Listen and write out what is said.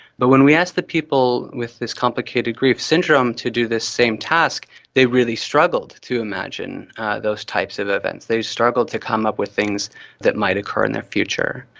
but when we asked the people with this complicated grief syndrome to do this same task they really struggled to imagine those types of events, they struggled to come up with things that might occur in their future.